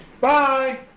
Bye